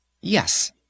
Yes